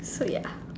so ya